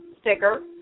sticker